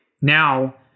now